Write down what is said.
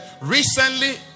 recently